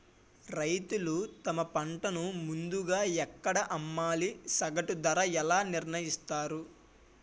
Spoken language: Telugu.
రైతులు తమ పంటను ముందుగా ఎక్కడ అమ్మాలి? సగటు ధర ఎలా నిర్ణయిస్తారు?